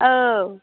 औ